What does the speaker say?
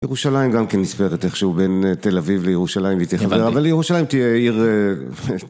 ירושלים גם כן נספרת איכשהו בין תל אביב לירושלים להתחבר, אבל ירושלים תהיה עיר...